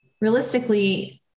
realistically